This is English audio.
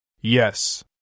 Yes